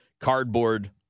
cardboard